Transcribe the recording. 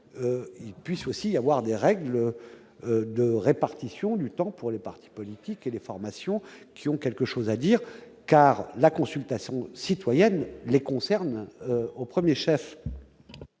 lui aussi être soumis à des règles de répartition du temps de parole pour les partis politiques et les formations qui ont quelque chose à dire, car la consultation citoyenne les concerne au premier chef.